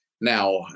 Now